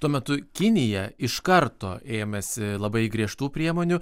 tuo metu kinija iš karto ėmėsi labai griežtų priemonių